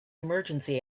emergency